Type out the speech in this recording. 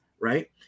right